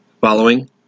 Following